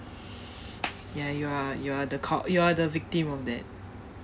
ya you are you are the co~ you are the victim of that